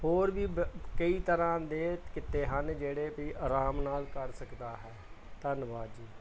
ਹੋਰ ਵੀ ਕਈ ਤਰ੍ਹਾਂ ਦੇ ਕਿੱਤੇ ਹਨ ਜਿਹੜੇ ਪੀ ਆਰਾਮ ਨਾਲ ਕਰ ਸਕਦਾ ਹੈ ਧੰਨਵਾਦ ਜੀ